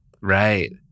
Right